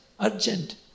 Urgent